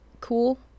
cool